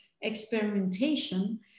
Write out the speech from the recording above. experimentation